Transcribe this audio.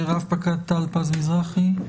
רפ"ק טל פז מזרחי,